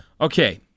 Okay